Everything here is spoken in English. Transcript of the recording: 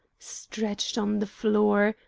stretched on the floor,